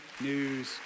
news